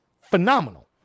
phenomenal